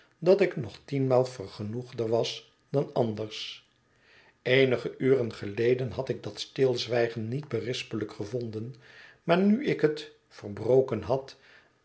dat ik nog tienmaal vergenoegder was dan anders eenige uren geleden had ik dat stilzwijgen niet berispelijk gevonden maar nu ik het verbroken had